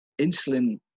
insulin